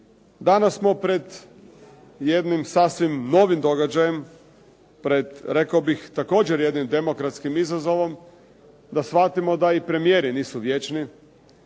Danas smo pred jednim sasvim novim događajem, pred rekao bih pred jednim također demokratskim izazovom da shvatimo da i premijeri nisu vječni